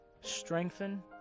strengthen